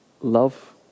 love